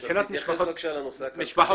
משפחות